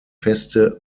feste